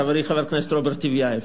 חברי חבר הכנסת רוברט טיבייב,